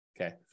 Okay